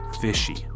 fishy